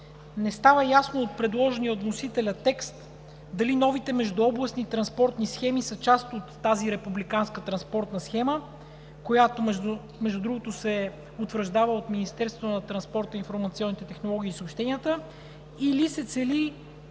Не става ясно от предложения от вносителя текст дали новите междуобластни транспортни схеми са част от тази републиканска транспортна схема, която, между другото, се утвърждава от Министерството на транспорта, информационните технологии и съобщенията, или се цели